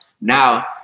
now